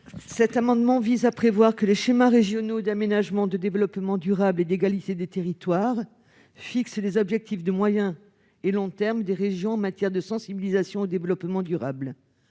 Cet amendement vise à prévoir que les schémas régionaux d'aménagement, de développement durable et d'égalité des territoires (Sraddet) fixent les objectifs de moyen et long termes des régions en matière de sensibilisation au développement durable.